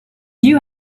you